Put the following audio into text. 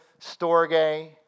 storge